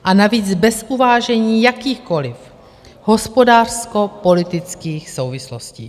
A navíc bez uvážení jakýchkoli hospodářskopolitických souvislostí.